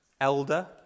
elder